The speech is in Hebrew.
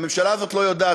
הממשלה הזאת לא יודעת,